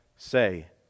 Say